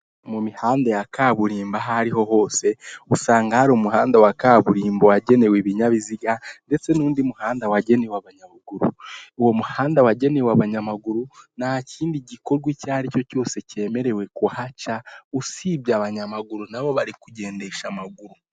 Mu mihanda ya kaburimbo ah' ariho hose usanga hari umuhanda wa kaburimbo wagenewe ibinyabiziga ndetse n'undi muhanda wagenewe abanyaruguru, uwo muhanda wagenewe abanyamaguru nta kindi gikorwa icyo ari cyo cyose cyemerewe kuhaca usibye abanyamaguru, nabo bari kugendesha amaguru.